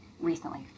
recently